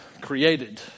created